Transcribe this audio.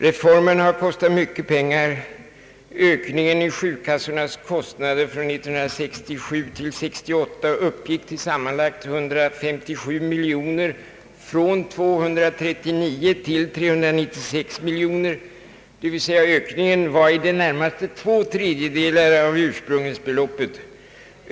Reformen har kostat mycket pengar. Ökningen av sjukkassornas kostnader från år 1967 till år 1968 uppgick till sammanlagt 157 miljoner kronor, från 239 till 396 miljoner kronor, dvs. ökningen var i det närmaste två tredjedelar av ursprungsbeloppet.